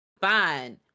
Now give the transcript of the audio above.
Fine